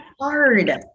hard